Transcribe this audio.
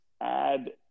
add